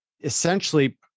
essentially